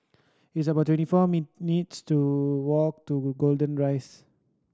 it's about twenty four walk to Golden Rise